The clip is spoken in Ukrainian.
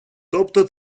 тобто